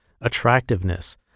attractiveness